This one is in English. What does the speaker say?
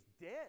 dead